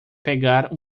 pegar